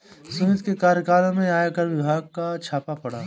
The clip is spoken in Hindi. सुमित के कार्यालय में आयकर विभाग का छापा पड़ा